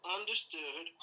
understood